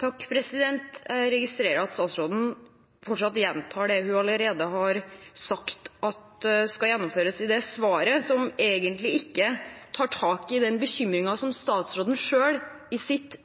Jeg registrerer at statsråden fortsatt gjentar det hun allerede har sagt skal gjennomføres, i et svar som egentlig ikke tar tak i den bekymringen som statsråden selv, i sitt